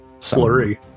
Slurry